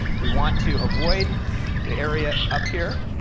we want to avoid the area up here.